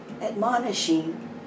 admonishing